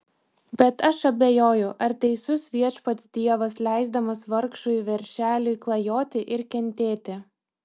bet aš abejoju ar teisus viešpats dievas leisdamas vargšui veršeliui klajoti ir kentėti